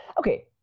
Okay